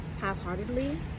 half-heartedly